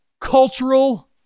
cultural